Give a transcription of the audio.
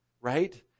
right